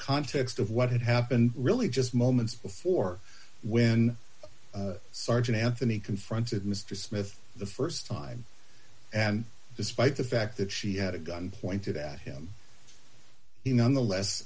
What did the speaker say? context of what had happened really just moments before when sergeant anthony confronted mister smith the st time and despite the fact that she had a gun pointed at him he nonetheless